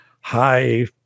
high